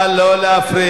נא לא להפריע.